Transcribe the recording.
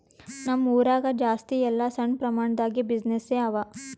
ನಮ್ ಊರಾಗ ಜಾಸ್ತಿ ಎಲ್ಲಾ ಸಣ್ಣ ಪ್ರಮಾಣ ದಾಗೆ ಬಿಸಿನ್ನೆಸ್ಸೇ ಅವಾ